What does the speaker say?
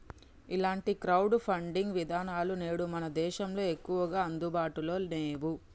ఇలాంటి crowd funding విధానాలు నేడు మన దేశంలో ఎక్కువగా అందుబాటులో నేవు